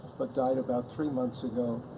but died about three months ago.